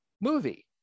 movie